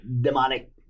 demonic